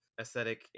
aesthetic